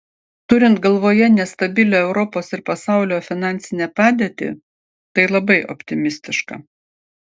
turint galvoje nestabilią europos ir pasaulio finansinę padėtį tai labai optimistiška